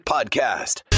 Podcast